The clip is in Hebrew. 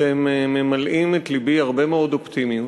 אתם ממלאים את לבי הרבה מאוד אופטימיות.